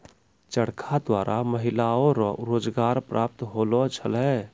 चरखा द्वारा महिलाओ रो रोजगार प्रप्त होलौ छलै